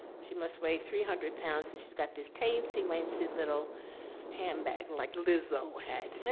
she must weigh three hundred pounds and she's got this teensy weensy little handbag like lism head.